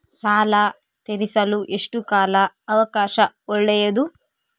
ಸಾಲ ತೇರಿಸಲು ಎಷ್ಟು ಕಾಲ ಅವಕಾಶ ಒಳ್ಳೆಯದು?